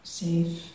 safe